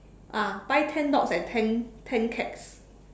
ah buy ten dogs and ten ten cats